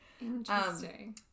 Interesting